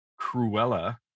Cruella